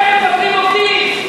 אתם מפטרים עובדים.